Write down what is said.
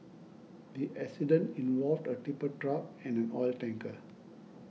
the accident involved a tipper truck and an oil tanker